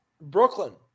Brooklyn